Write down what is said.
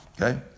Okay